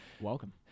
Welcome